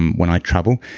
when i travel,